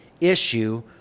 issue